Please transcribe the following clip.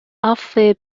عفو